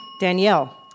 Danielle